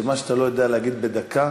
שמה שאתה לא יודע להגיד בדקה,